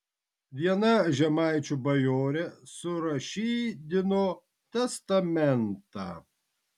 viena žemaičių bajorė surašydino testamentą